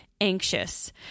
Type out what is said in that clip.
anxious